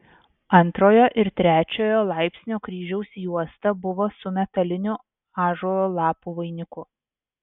antrojo ir trečiojo laipsnio kryžiaus juosta buvo su metaliniu ąžuolo lapų vainiku